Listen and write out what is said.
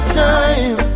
time